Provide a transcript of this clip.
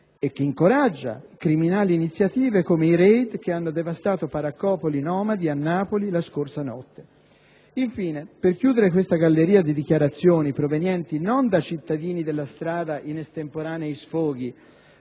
e che incoraggia criminali iniziative come i *raid* che hanno devastato baraccopoli nomadi a Napoli la scorsa notte. Infine, per chiudere questa galleria di dichiarazioni provenienti, non da cittadini della strada in estemporanei sfoghi,